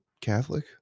Catholic